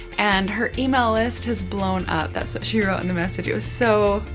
and her email list has blown up. that's what she wrote and message. it was so,